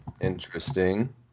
interesting